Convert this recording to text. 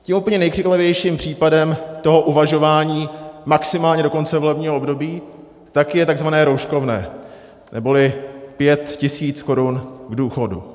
Tím úplně nejkřiklavějším případem toho uvažování maximálně do konce volebního období je takzvané rouškovné neboli 5 tisíc korun k důchodu.